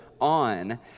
on